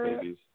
babies